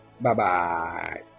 Bye-bye